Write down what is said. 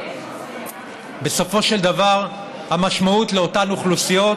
בסופו של דבר המשמעות לאותן אוכלוסיות